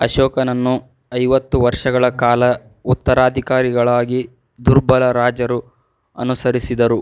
ಅಶೋಕನನ್ನು ಐವತ್ತು ವರ್ಷಗಳ ಕಾಲ ಉತ್ತರಾಧಿಕಾರಿಗಳಾಗಿ ದುರ್ಬಲ ರಾಜರು ಅನುಸರಿಸಿದರು